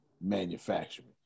manufacturing